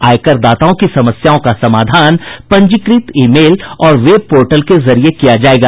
आयकर दाताओं की समस्याओं का समाधान पंजीकृत ईमेल और वेब पोर्टल के जरिए किया जायेगा